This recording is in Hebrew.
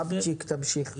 בבצ'יק, תמשיך.